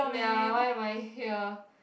ya why am I here